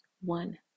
One